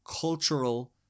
cultural